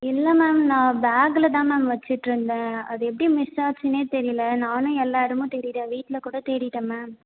இல்லை மேம் நான் பேகில் தான் மேம் வச்சிட்டிருந்தேன் அது எப்படி மிஸ் ஆச்சுனே தெரியலை நானும் எல்லா இடமும் தேடிட்டேன் வீட்டில் கூட தேடிட்டேன் மேம்